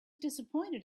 disappointed